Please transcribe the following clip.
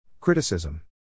Criticism